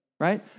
Right